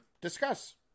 discuss